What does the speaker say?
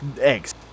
eggs